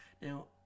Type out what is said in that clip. Now